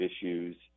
issues